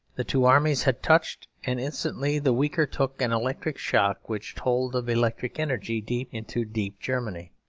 the two armies had touched and instantly the weaker took an electric shock which told of electric energy, deep into deep germany,